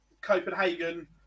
Copenhagen